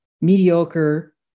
mediocre